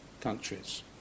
countries